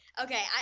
Okay